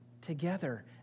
together